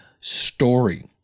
story